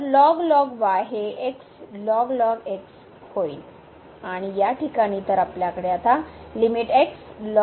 तर हे होईल आणि या ठिकाणी तर आपल्याकडे आता लिमिट आहे